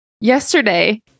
yesterday